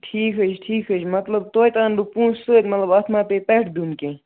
ٹھیٖک حظ چھُ ٹھیٖک حظ چھُ مطلب توتہِ اَنہٕ بہٕ پونٛسہٕ سۭتۍ مطلب اَتھ ما پے پٮ۪ٹھہٕ دیٚون کیٚنٛہہ